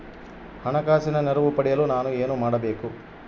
ಹಣಕಾಸಿನ ನೆರವು ಪಡೆಯಲು ನಾನು ಏನು ಮಾಡಬೇಕು?